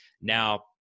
Now